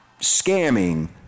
scamming